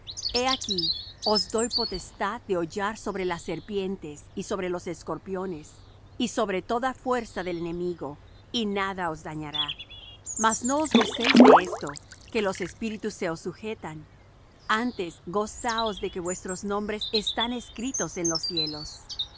he aquí os doy potestad de hollar sobre las serpientes y sobre los escorpiones y sobre toda fuerza del enemigo y nada os dañará mas no os gocéis de esto que los espíritus se os sujetan antes gozaos de que vuestros nombres están escritos en los cielos